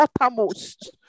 uttermost